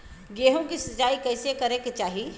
गेहूँ के सिंचाई कइसे करे के चाही?